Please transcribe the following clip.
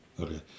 okay